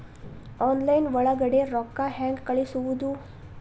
Online ಒಳಗಡೆ ರೊಕ್ಕ ಹೆಂಗ್ ಕಳುಹಿಸುವುದು?